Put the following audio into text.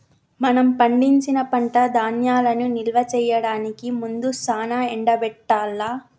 మనం పండించిన పంట ధాన్యాలను నిల్వ చేయడానికి ముందు సానా ఎండబెట్టాల్ల